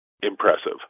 impressive